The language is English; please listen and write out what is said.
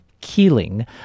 Keeling